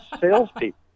salespeople